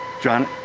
john,